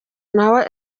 nawe